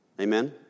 Amen